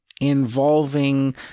involving